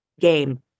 game